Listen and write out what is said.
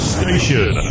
station